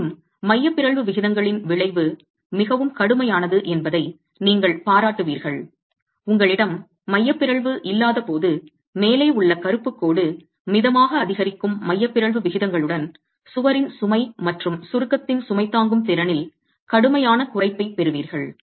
மேலும் மைய பிறழ்வு விகிதங்களின் விளைவு மிகவும் கடுமையானது என்பதை நீங்கள் பாராட்டுவீர்கள் உங்களிடம் மைய பிறழ்வு இல்லாத போது மேலே உள்ள கருப்பு கோடு மிதமாக அதிகரிக்கும் மைய பிறழ்வு விகிதங்களுடன் சுவரின் சுமை மற்றும் சுருக்கத்தின் சுமை தாங்கும் திறனில் கடுமையான குறைப்பைப் பெறுவீர்கள்